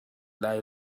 lai